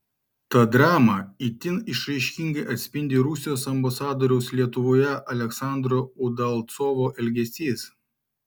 tą dramą itin išraiškingai atspindi rusijos ambasadoriaus lietuvoje aleksandro udalcovo elgesys